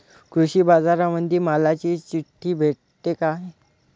कृषीबाजारामंदी मालाची चिट्ठी भेटते काय?